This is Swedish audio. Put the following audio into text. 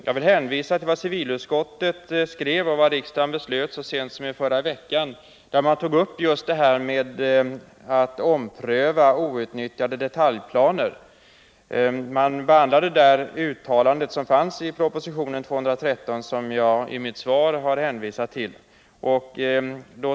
Jag vill hänvisa till vad civilutskottet skrev och riksdagen beslöt så sent som i förra veckan, när man tog upp frågan om att ompröva outnyttjade detaljplaner. Utskottet behandlade det uttalande i propositionen 213 som jag har hänvisat till i mitt svar.